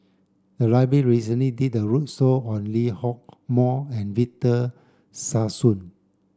the recently did a roadshow on Lee Hock Moh and Victor Sassoon